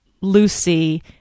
Lucy